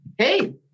Hey